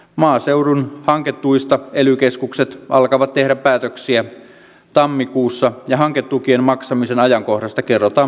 maaseudun hanketuista ely keskukset alkavat tehdä päätöksiä tammikuussa ja hanketukien maksamisen ajankohdasta kerrotaan